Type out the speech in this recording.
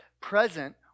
present